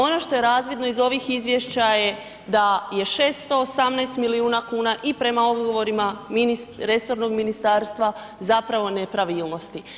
Ono što je razvodno iz ovih izvješća je da je 618 milijuna i prema odgovorima resornog ministarstva zapravo nepravilnosti.